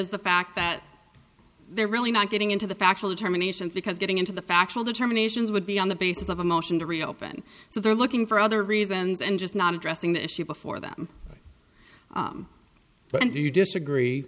is the fact that they're really not getting into the factual determination because getting into the factual determinations would be on the basis of a motion to reopen so they're looking for other reasons and just not addressing the issue before them but you disagree